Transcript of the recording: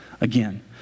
again